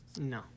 No